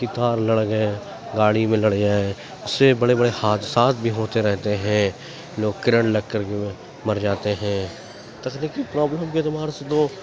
کہ تار لڑ گئے گاڑی میں لڑ جائیں اس سے بڑے بڑے حادثات بھی ہوتے رہتے ہیں لوگ کرنٹ لگ کر کے مر جاتے ہیں تکنیکی پرابلم کے اعتبار سے تو